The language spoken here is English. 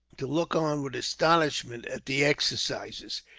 to look on with astonishment at the exercises.